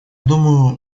думаю